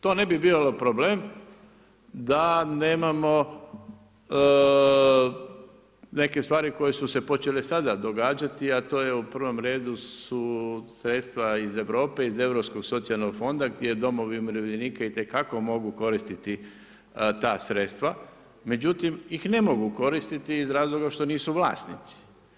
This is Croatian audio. To ne bi bio problem da nemamo neke stvari koje su se počele sada događati a to je u prvom redu su sredstva iz Europe, iz Europskog socijalnog fonda gdje domovi umirovljenika itekako mogu koristiti ta sredstva, međutim ih ne mogu koristiti iz razlog što nisu vlasnici.